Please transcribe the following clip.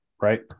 right